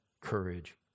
courage